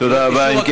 תודה רבה.